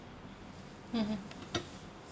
mmhmm